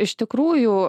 iš tikrųjų